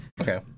Okay